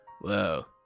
Whoa